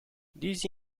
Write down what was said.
these